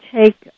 take